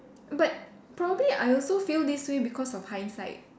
but probably I also feel this way is because of hindsight